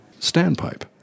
standpipe